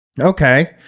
okay